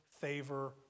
favor